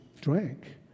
drank